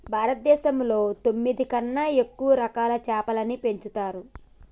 భారతదేశంలో పందొమ్మిది కన్నా ఎక్కువ రకాల చాపలని పెంచుతరు